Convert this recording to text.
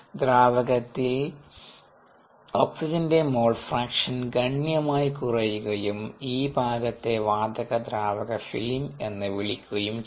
ദ്രാവകത്തിൽ ഓക്സിജന്റെ mole fraction ഗണ്യമായി കുറയുകയും ഈ ഭാഗത്തെ വാതക ദ്രാവക ഫിലിം എന്നു വിളിക്കുകയും ചെയ്യുന്നു